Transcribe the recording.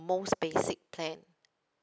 most basic plan